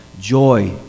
joy